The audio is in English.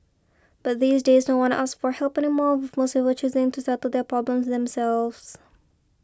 but these days no one asks for help anymore with most people choosing to settle their problems themselves